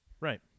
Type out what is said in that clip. Right